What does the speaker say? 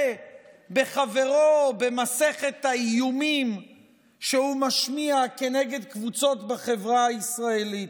בחברו במסכת האיומים שהוא משמיע כנגד קבוצות בחברה הישראלית,